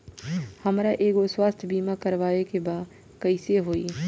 हमरा एगो स्वास्थ्य बीमा करवाए के बा कइसे होई?